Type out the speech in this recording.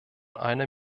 einer